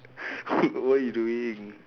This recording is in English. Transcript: what you doing